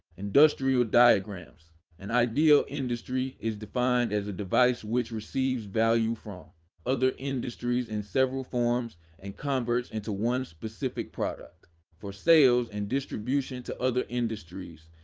industrial diagrams an ideal industry is defined as a device which receives value from other industries in several forms and converts into one specific product for sales and distribution to other industries.